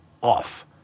off